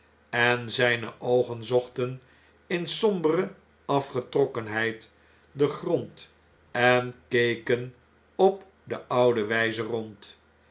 en zn'ne oogen zochten in sombere afgetrokkenheid den grond en keken op de oude wjjze rond